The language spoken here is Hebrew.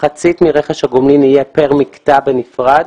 מחצית מרכש הגומלין יהיה פר מקטע בנפרד,